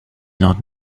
not